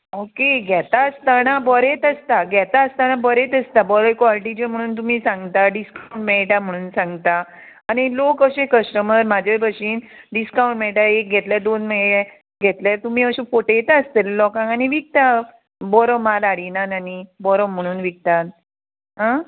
okay घेता आसतना बोरेच आसता घेता आसतना बोरेच आसता बरें क्वॉलिटीचे म्हणून तुमी सांगता डिस्कावंट मेळटा म्हणून सांगता आनी लोक अशे कश्टमर म्हाजे भाशेन डिस्कावंट मेळटा एक घेतल्यार दोन घेतल्यार तुमी अशें फोटयता आसतलें लोकांक आनी विकता बरो माल हाडिनान आनी बरो म्हणून विकतात आं